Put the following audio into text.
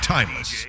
Timeless